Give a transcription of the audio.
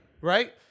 Right